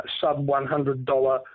sub-$100